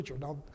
Now